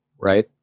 right